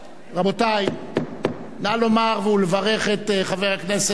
רבותי, נא לומר ולברך את חבר הכנסת דבאח